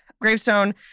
gravestone